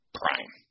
prime